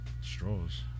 Straws